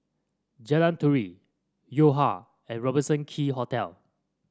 Jalan Turi Yo Ha and Robertson Quay Hotel